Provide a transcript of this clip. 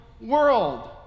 world